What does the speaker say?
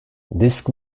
disk